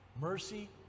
Mercy